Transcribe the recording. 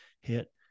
hit